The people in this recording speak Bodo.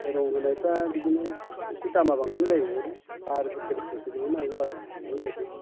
रं होनायफोरा बिदिनो एसे दामआ बांसिन जायो बार'स' तेर'स'सो गोलैनो हागौ आरो बेफोरबायदि